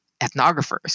ethnographers